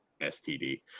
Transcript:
STD